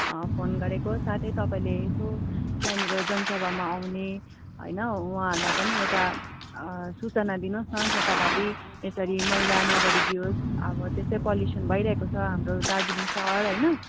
phone गरेको साथै तपाईँले यसो त्यहाँनिर जनसभामा आउने होइन उहाँहरूलाई पनि एउटा सूचना दिनुहोस् न जताभाबी यसरी मैला नगरी दिइयोस् अब त्यसै पल्युसन भइरहेको छ हाम्रो दार्जिलिङ सहर होइन